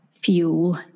Fuel